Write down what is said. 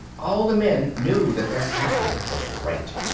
all the men knew that their captain was right,